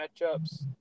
matchups